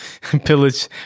Pillage